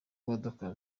modoka